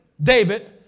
David